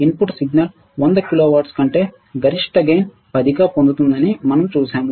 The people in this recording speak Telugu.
ఇన్పుట్ సిగ్నల్ 100 కిలో వాట్స్ ఉంటే గరిష్ట లాభం 10 గా పొందుతుందని మనం చూశాము